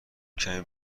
کمی